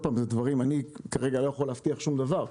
כרגע אני לא יכול להבטיח שום דבר,